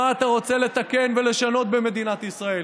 מה אתה רוצה לתקן ולשנות במדינת ישראל,